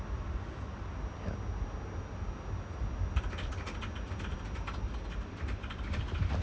ya